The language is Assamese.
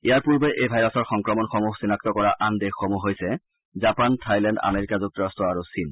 ইয়াৰ পূৰ্বে এই ভাইৰাছৰ সংক্ৰমণসমূহ পৃথক পৃথককৈ চিনাক্ত কৰা আন দেশসমূহ হৈছে জাপান থাইলেণ্ড আমেৰিকা যুক্তৰাষ্ট্ৰ আৰু চীন